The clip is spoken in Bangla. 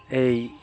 এই